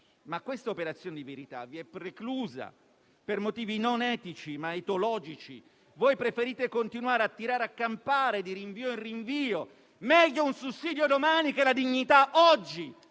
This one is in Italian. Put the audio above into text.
Tale operazione di verità, però, vi è preclusa per motivi non etici, ma etologici. Preferite continuare a tirare a campare, di rinvio in rinvio: meglio un sussidio domani che la dignità oggi!